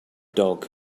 dog